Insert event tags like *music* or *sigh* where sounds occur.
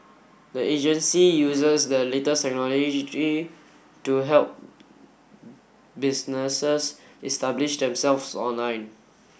the agency uses the latest *unintelligible* to help businesses establish themselves online